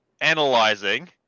analyzing